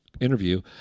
interview